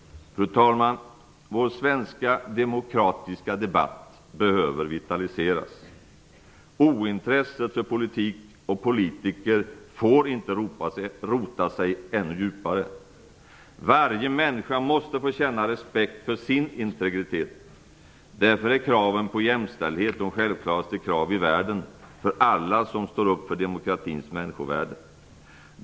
Fru talman! Vår svenska demokratiska debatt behöver vitaliseras. Ointresset för politik och politiker får inte rota sig ännu djupare. Varje människa måste få känna respekt för sin integritet. Därför är kraven på jämställdhet de självklaraste krav i världen för alla som står upp för demokratins människovärde.